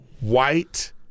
white